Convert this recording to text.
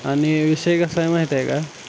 आणि विषय कसं आहे माहिती आहे का